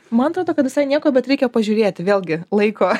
man atrodo kad visai nieko bet reikia pažiūrėti vėlgi laiko